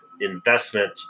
investment